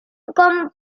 con